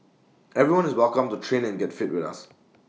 everyone is welcome to train and get fit with us